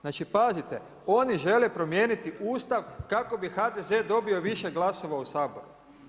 Znači pazite, oni žele promijeniti Ustav, kako bi HDZ dobio više glasova u Saboru.